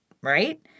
right